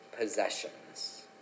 possessions